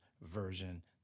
version